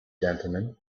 gentlemen